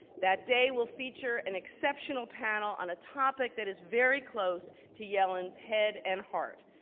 that day will feature an exceptional panel on a topic that is very close to yellen's head and heart,